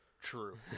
True